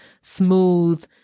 smooth